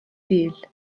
değil